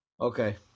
Okay